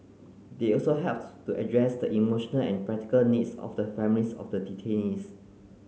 they also helped to address the emotional and practical needs of the families of the detainees